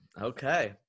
Okay